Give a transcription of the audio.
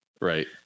right